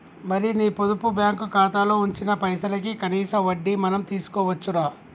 మరి నీ పొదుపు బ్యాంకు ఖాతాలో ఉంచిన పైసలకి కనీస వడ్డీ మనం తీసుకోవచ్చు రా